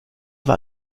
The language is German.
war